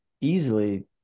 easily